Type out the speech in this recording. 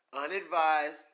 unadvised